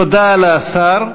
תודה לשר.